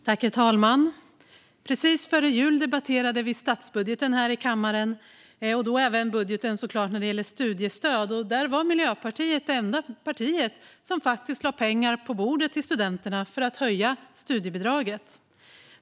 Herr talman! Precis före jul debatterade vi statsbudgeten här i kammaren och då även budgeten för studiestöd. Då var Miljöpartiet det enda partiet som lade pengar på bordet till studenterna för att höja studiebidraget.